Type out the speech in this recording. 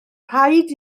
rhaid